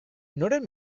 noren